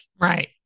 right